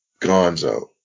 gonzo